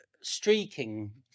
streaking